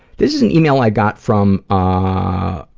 this is an email i got from, ah.